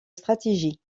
stratégie